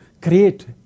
create